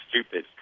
stupid